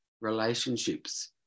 relationships